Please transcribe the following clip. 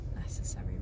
necessary